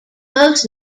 most